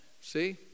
See